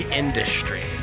industry